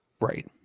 right